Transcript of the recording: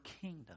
kingdom